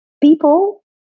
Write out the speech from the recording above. people